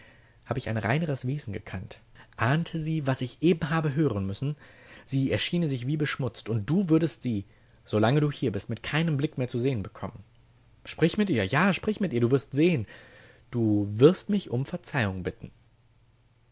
hab ich ein reineres wesen gekannt ahnte sie was ich eben habe hören müssen sie erschiene sich wie beschmutzt und du würdest sie solang du hier bist mit keinem blick mehr zu sehen bekommen sprich mit ihr ja sprich mit ihr du wirst sehen du wirst mich um verzeihung bitten